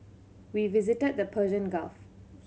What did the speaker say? we visited the Persian Gulf